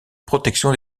protection